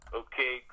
okay